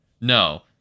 no